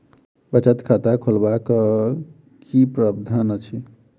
बचत खाता खोलेबाक की प्रावधान अछि?